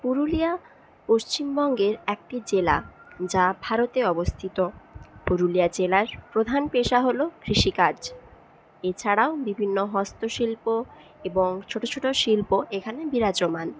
পুরুলিয়া পশ্চিমবঙ্গের একটি জেলা যা ভারতে অবস্থিত পুরুলিয়া জেলার প্রধান পেশা হল কৃষিকাজ এছাড়াও বিভিন্ন হস্তশিল্প এবং ছোটো ছোটো শিল্প এখানে বিরাজমান